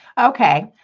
okay